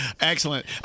Excellent